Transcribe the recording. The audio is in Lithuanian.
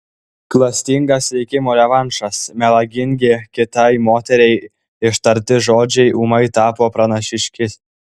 klastingas likimo revanšas melagingi kitai moteriai ištarti žodžiai ūmai tapo pranašiški